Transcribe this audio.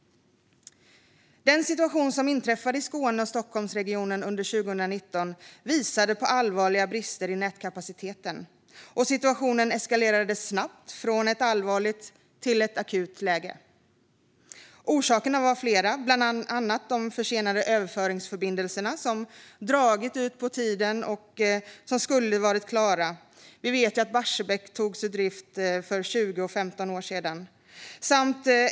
Den situation som inträffade i Skåne och Stockholmsregionen under 2019 visade på allvarliga brister i nätkapaciteten, och situationen eskalerade snabbt från ett allvarligt till ett akut läge. Orsakerna var flera, bland annat de försenade överföringsförbindelserna som dragit ut på tiden men som skulle ha varit klara. Vi vet också att Barsebäck togs ur drift för 20 respektive 15 år sedan.